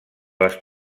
les